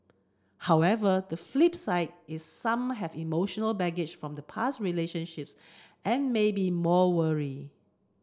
however the flip side is some have emotional baggage from past relationships and may be more wary